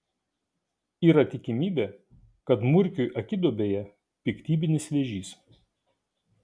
yra tikimybė kad murkiui akiduobėje piktybinis vėžys